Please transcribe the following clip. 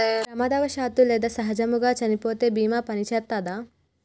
ప్రమాదవశాత్తు లేదా సహజముగా చనిపోతే బీమా పనిచేత్తదా?